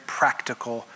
practical